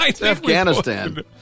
Afghanistan